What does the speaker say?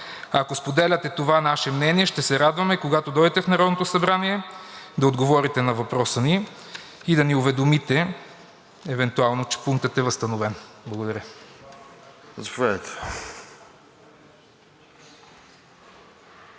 Ако споделяте това наше мнение, ще се радваме, когато дойдете в Народното събрание, да отговорите на въпроса ни и да ни уведомите евентуално, че пунктът е възстановен. Благодаря.